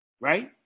right